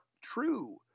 true